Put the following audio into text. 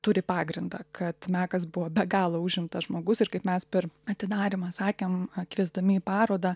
turi pagrindą kad mekas buvo be galo užimtas žmogus ir kaip mes per atidarymą sakėm kviesdami į parodą